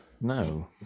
No